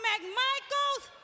McMichaels